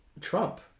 Trump